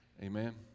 Amen